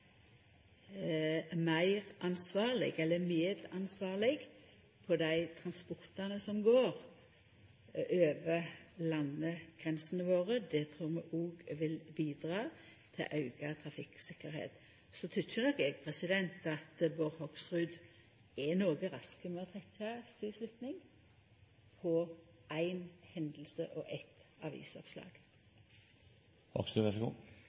meir ansvarleg – eller medansvarleg – for dei transportane som går over landegrensene våre. Det trur vi òg vil bidra til å auka trafikktryggleiken. Eg tykkjer nok at Bård Hoksrud er noko rask med å trekkja ei slutning ut frå éi hending og eitt